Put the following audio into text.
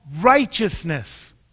righteousness